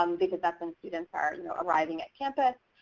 um because that's when students are arriving at campus.